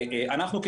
אנחנו,